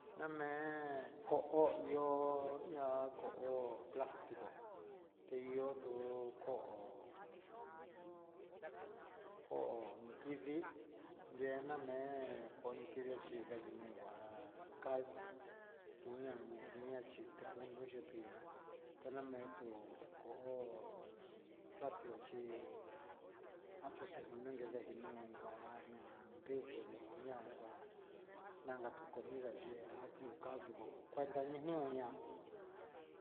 Name'e ko'o ihó ko'o plantico tiyo tu ko'o ujun ko'o nukidii yenangue kunichido'a caldo ñachi jundo'o xhini há taname tu ko'o 'platico chí atin tukuveño kuanña tibunioña ngua naka tunkó niña yia tu caldo cuenta ni ñuu ña'a.